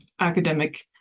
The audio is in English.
academic